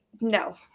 No